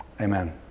Amen